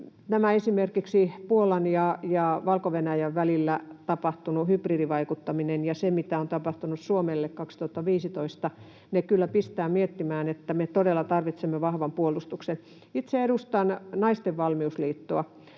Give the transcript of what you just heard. esimerkiksi Puolan ja Valko-Venäjän välillä tapahtunut hybridivaikuttaminen ja se, mitä on tapahtunut Suomelle 2015, kyllä pistävät miettimään, että me todella tarvitsemme vahvan puolustuksen. Itse edustan Naisten Valmiusliittoa.